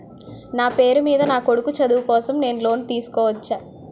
నా పేరు మీద నా కొడుకు చదువు కోసం నేను లోన్ తీసుకోవచ్చా?